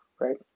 right